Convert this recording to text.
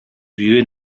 viven